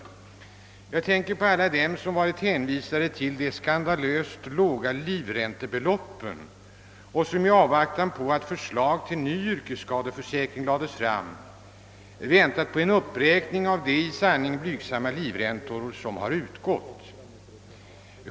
Nej, jag tänker på alla dem som varit hänvisade att leva på de skandalöst låga livräntebeloppen och som avvaktat förslaget till ny yrkesskadeförsäkring för att få en uppräkning av de i sanning låga livräntor som utgått.